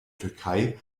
türkei